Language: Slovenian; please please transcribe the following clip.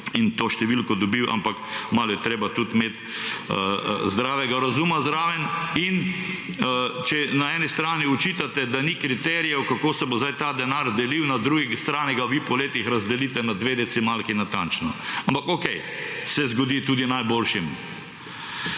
in to številko dobil, ampak malo je treba imeti tudi zdravega razuma zraven. In če na eni strani očitate, da ni kriterijev, kako se bo zdaj ta denar delil, na drugi strani ga vi po letih razdelite na dve decimalki natančno. Ampak okej, se zgodi, tudi najboljšim.